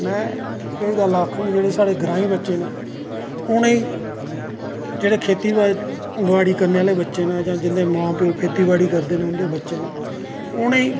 में एह् गल्ल आखंग जेह्ड़े साढ़े ग्राईं बच्चे न उनेंगी जेह्ड़े खेत्ती बाड़ी करनें आह्ले बच्चे न जां जिंदे मां प्यो खेत्ती बाड़ी करदे न उंदे बच्चे न उनेंगी